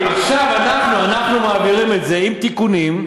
עכשיו אנחנו מעבירים את זה עם תיקונים,